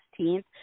16th